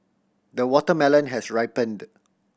the watermelon has ripened